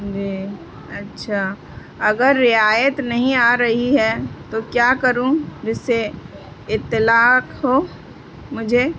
جی اچھا اگر رعایت نہیں آ رہی ہے تو کیا کروں جس سے اطلاع ہو مجھے